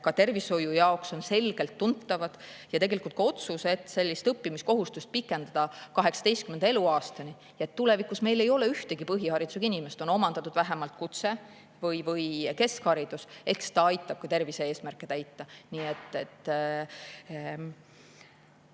ka tervishoiu jaoks on selgelt tuntavad. Ja tegelikult ka otsus, et õppimiskohustust pikendada 18. eluaastani, et tulevikus meil ei oleks ühtegi põhiharidusega inimest, on omandatud vähemalt kutse või keskharidus, aitab ka tervise-eesmärke täita.